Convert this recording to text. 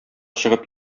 чыгып